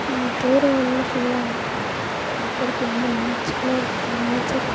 போகிற வழில்ல ஃபுல்லாக பார்க்குறக்கு ரொம்ப நேச்சரலாக இருக்கும் நேச்சர்